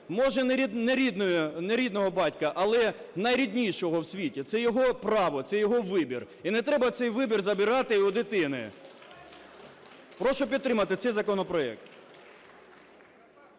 може, не рідного батька, але найріднішого в світі, це його право, це його вибір. І не треба цей вибір забирати у дитини. Прошу підтримати цей законопроект.